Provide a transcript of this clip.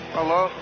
Hello